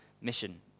mission